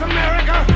America